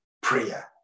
prayer